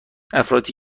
افرادی